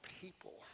people